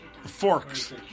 forks